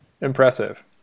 impressive